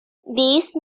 these